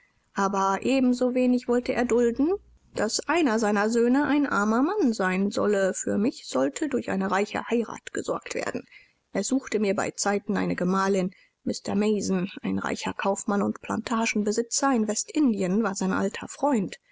aber ebensowenig wollte er dulden daß einer seiner söhne ein armer mann sein solle für mich sollte durch eine reiche heirat gesorgt werden er suchte mir beizeiten eine gemahlin mr mason ein reicher kaufmann und plantagenbesitzer in westindien war sein alter freund